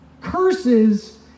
curses